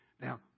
Now